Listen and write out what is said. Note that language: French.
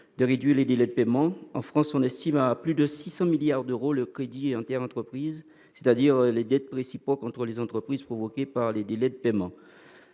de réduire les délais de paiement : en France, on estime à plus de 600 milliards d'euros le crédit interentreprises, c'est-à-dire les dettes réciproques entre les entreprises provoquées par les délais de paiement.